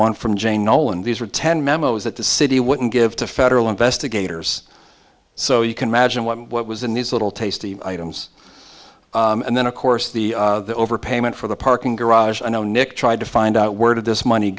one from j nolan these are ten memos that the city wouldn't give to federal investigators so you can imagine what what was in these little tasty items and then of course the overpayment for the parking garage i know nick tried to find out where did this money